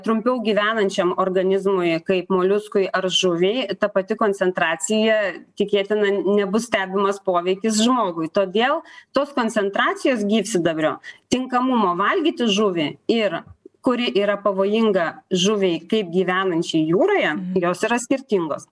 trumpiau gyvenančiam organizmui kaip moliuskui ar žuviai ta pati koncentracija tikėtina nebus stebimas poveikis žmogui todėl tos koncentracijos gyvsidabrio tinkamumo valgyti žuvį ir kuri yra pavojinga žuviai kaip gyvenančiai jūroje jos yra skirtingos